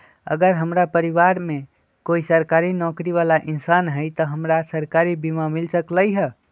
अगर हमरा परिवार में कोई सरकारी नौकरी बाला इंसान हई त हमरा सरकारी बीमा मिल सकलई ह?